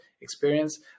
experience